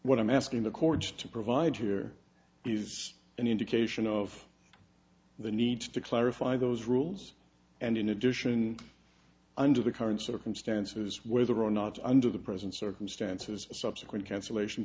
what i'm asking the court to provide here is an indication of the need to clarify those rules and in addition under the current circumstances whether or not under the present circumstances a subsequent cancellation